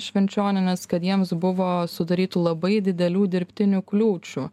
švenčionienės kad jiems buvo sudarytų labai didelių dirbtinių kliūčių